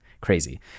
Crazy